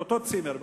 על אותו צימר,